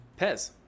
Pez